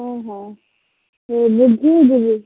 ହଁ ହଁ